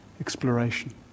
exploration